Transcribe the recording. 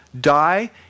die